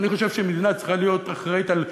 אני חושב שמדינה צריכה להיות אחראית על בריאותם,